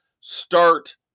start